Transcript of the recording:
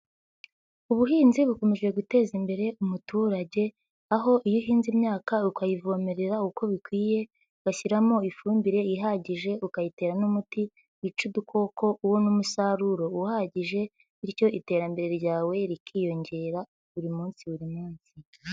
Ubuhinzi bukomeje guteza imbere umuturage, aho iyo uhinze imyaka ukayivomerera uko bikwiye, ugashyiramo ifumbire ihagije ukayitera n'umuti wica udukoko, ubona umusaruro uhagije bityo iterambere ryawe rikiyongera buri munsi buri munsi.